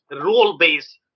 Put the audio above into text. role-based